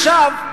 עכשיו,